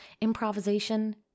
improvisation